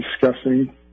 discussing